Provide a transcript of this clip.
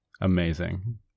Amazing